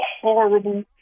horrible